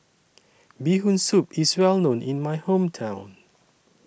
Bee Hoon Soup IS Well known in My Hometown